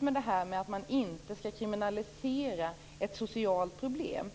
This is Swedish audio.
Det gäller att man inte skall kriminalisera ett socialt problem.